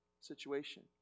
situation